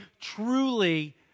truly